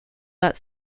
that